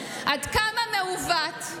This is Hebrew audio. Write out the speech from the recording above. עד כמה מעוות זה